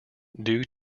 due